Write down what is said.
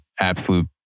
absolute